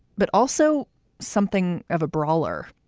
but also something of a brawler,